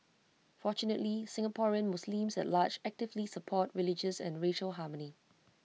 fortunately Singaporean Muslims at large actively support religious and racial harmony